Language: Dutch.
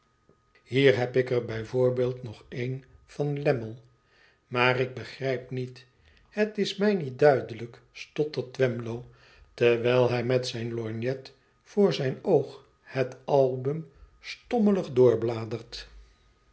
hier heb ik er bij voorbeeld nog een van lammie maar ik begrijp niet het is mij niet duidehjk stottert twemlow terwijl hij met zijn lorgnet voor zijn oog het album stommelig doorbladert